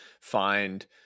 find